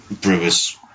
brewer's